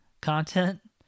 content